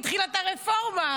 היא התחילה את הרפורמה.